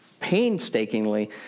painstakingly